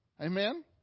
Amen